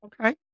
Okay